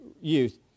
youth